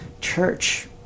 Church